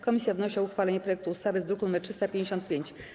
Komisja wnosi o uchwalenie projektu ustawy z druku nr 355.